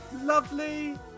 Lovely